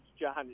John